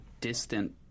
distant